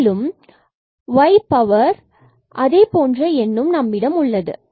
மேலும் y power power அதே போன்ற நம்பரும் உள்ளது